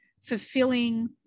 fulfilling